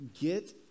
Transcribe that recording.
get